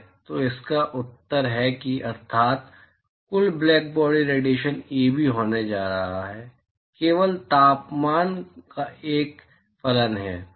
तो इसका उत्तर है और अर्थात कुल ब्लैकबॉडी रेडिएशन Eb होने जा रहा है यह केवल तापमान का एक फलन है